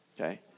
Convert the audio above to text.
Okay